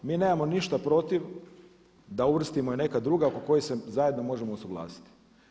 Mi nemamo ništa protiv da uvrstimo i neka druga oko kojih se zajedno možemo usuglasiti.